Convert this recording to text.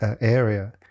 area